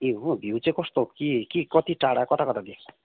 ए हो भ्यु चाहिँ कस्तो के के कति टाढा कता कता देख्छ